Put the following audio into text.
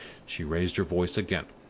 she raised her voice again.